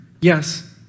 Yes